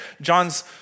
John's